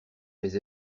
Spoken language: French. les